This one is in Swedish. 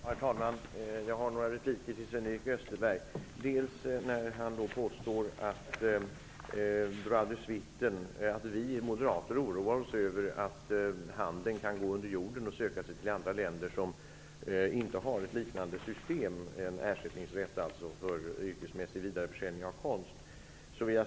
Herr talman! Jag har några repliker till Sven-Erik Österberg. Han påstod att vi moderater när det gäller droit de suite oroar oss över att konsthandlarna kan gå under jorden och söka sig till andra länder som inte har något liknande system, dvs. en ersättningsrätt för yrkesmässig vidareförsäljning av konst.